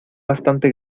bastante